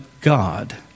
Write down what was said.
God